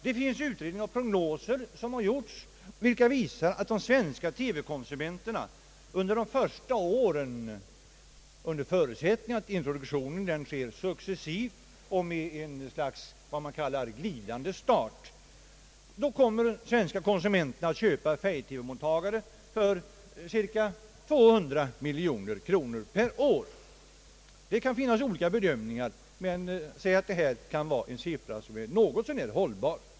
Det finns utredningar och prognoser som visar att de svenska TV konsumenterna under de första åren — under förutsättning att introduktionen sker successivt och med vad man kallar en glidande start — kommer att köpa mottagare för färg-TV till cirka 200 miljoner kronor per år. Det kan finnas olika bedömningar men låt oss säga att denna siffra är något så när hållbar.